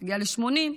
תגיע ל-80,000,